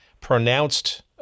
pronounced